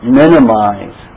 minimize